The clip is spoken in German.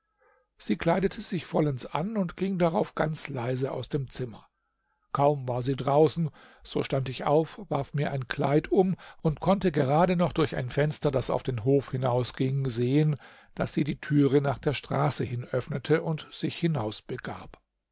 sie kleidete sich vollends an und ging darauf ganz leise aus dem zimmer kaum war sie draußen so stand ich auf warf mir ein kleid um und konnte gerade noch durch ein fenster das auf den hof hinaus ging sehen daß sie die türe nach der straße hin öffnete und sich hinaus